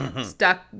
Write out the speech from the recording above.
stuck